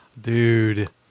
dude